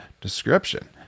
description